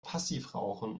passivrauchen